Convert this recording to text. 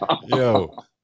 Yo